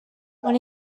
when